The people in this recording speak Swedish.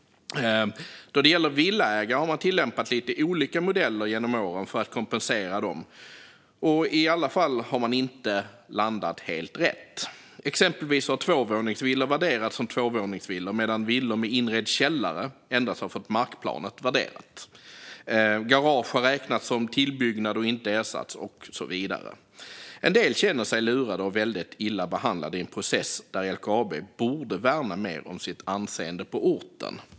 När det gäller villaägare har man genom åren tillämpat lite olika modeller för att kompensera dem, och man har inte landat helt rätt i alla fall. Exempelvis har tvåvåningsvillor värderats som tvåvåningsvillor medan villor med inredd källare endast har fått markplanet värderat. Garage har räknats som tillbyggnader och inte ersatts och så vidare. En del känner sig lurade och väldigt illa behandlade i en process där LKAB borde värna mer om sitt anseende på orten.